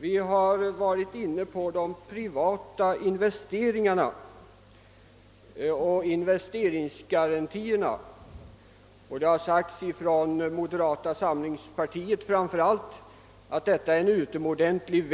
Vi har varit inne på de privata investeringarna och investeringsgarantierna, och framför allt talare från moderata samlingspartiet har sagt att detta är ett utomordentligt